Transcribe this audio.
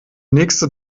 nächste